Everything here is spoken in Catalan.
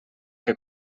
que